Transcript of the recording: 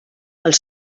els